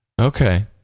Okay